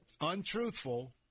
untruthful